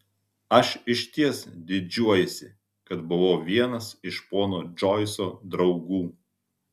aš išties didžiuojuosi kad buvau vienas iš pono džoiso draugų